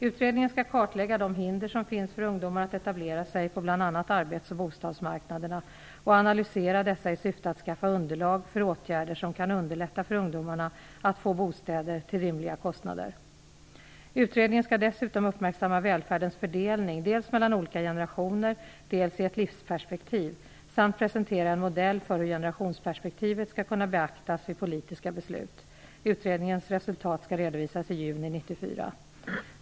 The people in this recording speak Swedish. Utredningen skall kartlägga de hinder som finns för ungdomar att etablera sig på bl.a. arbets och bostadsmarknaderna och analysera dessa i syfte att skaffa underlag för åtgärder som kan underlätta för ungdomarna att få bostäder till rimliga kostnader. Utredningen skall dessutom uppmärksamma välfärdens fördelning, dels mellan olika generationer, dels i ett livsperspektiv, samt presentera en modell för hur generationsperspektivet skall kunna beaktas vid politiska beslut. Utredningens resultat skall redovisas i juni 1994.